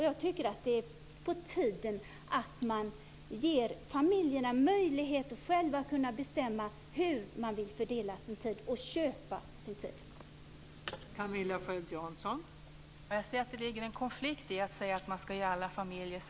Jag tycker att det är på tiden att man ger familjerna möjlighet att själva bestämma hur man vill fördela och köpa sin tid.